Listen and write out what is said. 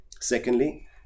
Secondly